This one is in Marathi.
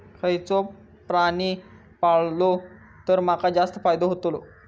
खयचो प्राणी पाळलो तर माका जास्त फायदो होतोलो?